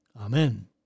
Amen